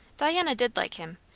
diana did like him,